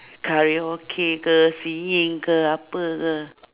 karaoke ke singing ke apa ke